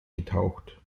getaucht